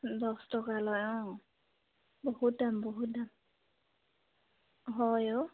দছ টকা লয় অঁ বহুত দাম বহুত দাম হয় অ'